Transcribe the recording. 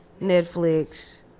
Netflix